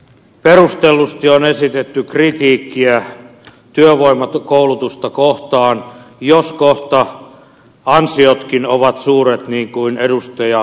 perustellusti on esitetty kritiikkiä työvoimakoulutusta kohtaan jos kohta ansiotkin ovat suuret niin kuin edustaja e